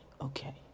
Okay